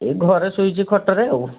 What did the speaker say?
ଏଇ ଘରେ ଶୋଇଛି ଖଟରେ ଆଉ